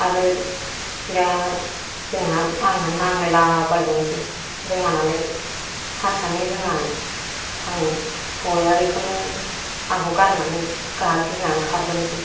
आरो बिरात जोंहा आंहा नांज्लायलाबायनोसै रोङा नालाय हारसानि रोङा आं हौवाया बेखौनो आंखौ गारनानै गावहा गिनानै खारबोनोसै